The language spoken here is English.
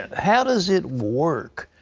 how does it work?